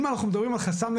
אם אנחנו מדברים על החסם,